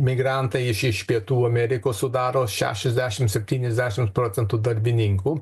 migrantai iš iš pietų amerikos sudaro šešiasdešim septyniasdešim procentų darbininkų